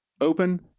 open